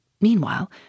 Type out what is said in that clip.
Meanwhile